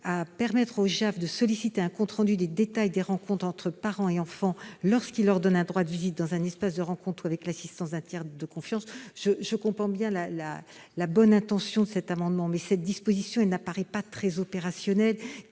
de permettre au JAF de solliciter un compte rendu du détail des rencontres entre parents et enfants, lorsqu'il ordonne un droit de visite dans un espace de rencontre ou avec l'assistance d'un tiers de confiance. L'intention est louable, mais cette disposition ne paraît pas très opérationnelle